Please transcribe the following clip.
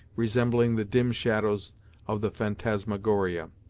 resembling the dim shadows of the phantasmagoria.